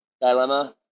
dilemma